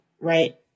right